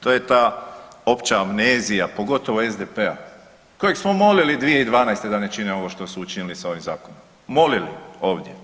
To je ta opća amnezija pogotovo SDP-a kojeg smo molili 2012. da ne čine ovo što su učinili ovim zakonom, molili ovdje.